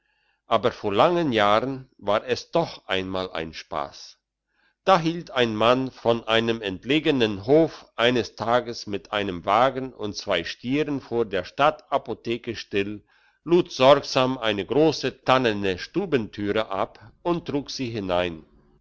aber vor langen jahren war es doch einmal ein spass da hielt ein mann von einem entlegenen hof eines tages mit einem wagen und zwei stieren vor der stadtapotheke still lud sorgsam eine grosse tannene stubentüre ab und trug sie hinein